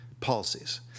policies